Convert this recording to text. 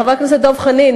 חבר הכנסת דב חנין,